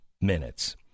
minutes